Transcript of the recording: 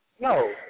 No